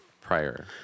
prior